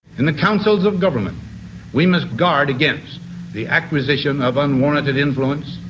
and the councils of government we must guard against the acquisition of unwarranted influence,